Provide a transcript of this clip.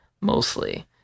mostly